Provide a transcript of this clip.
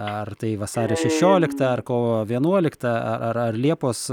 ar tai vasario šešiolikta ar kovo vienuolikta a ar ar liepos